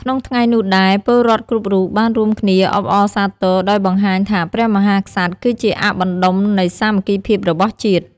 ក្នុងថ្ងៃនោះដែរ ពលរដ្ឋគ្រប់រូប បានរួមគ្នាអបអរសាទរ ដោយបង្ហាញថាព្រះមហាក្សត្រគឺជាអ័ក្សបណ្ដុំនៃសាមគ្គីភាពរបស់ជាតិ។